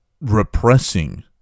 Repressing